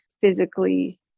physically